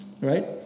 right